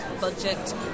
budget